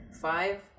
five